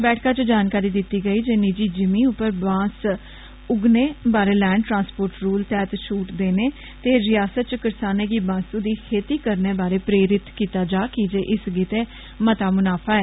बैठका च जानकारी दित्ती गेई जे बांस निजी जिमी उप्पर बांस उगाने बारै लैंड ट्रांस्पोर्ट रूल तैहत छुट देने ते रियास्त च करसाने गी बांसू दी खेती करने बारै प्रेरित कीत्ता जा किजे इस गित्ते मता मुनाफा ऐ